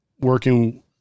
working